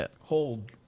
hold